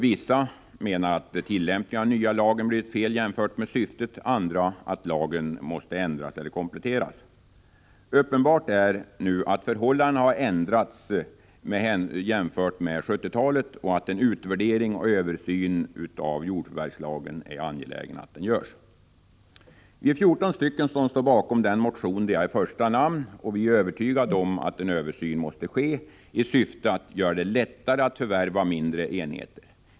Vissa menar att tillämpningen av den nya lagen blivit fel jämfört med syftet, andra att lagen måste ändras eller kompletteras. Uppenbart är att förhållandena har ändrats jämfört med 1970-talet och att en utvärdering och översyn av jordförvärvslagen är angelägen. Vi 14 som står bakom den motion där jag står som första namn är övertygade om att en översyn av jordförvärvslagen måste ske i syfte att göra det lättare att förvärva mindre enheter.